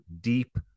deep